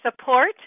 support